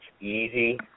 easy